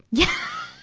yeah.